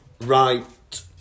right